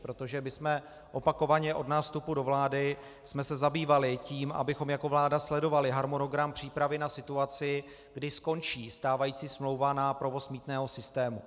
Protože my jsme se opakovaně od nástupu do vlády zabývali tím, abychom jako vláda sledovali harmonogram přípravy na situaci, kdy skončí stávající smlouva na provoz mýtného systému.